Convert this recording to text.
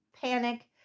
panic